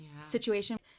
situation